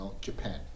Japan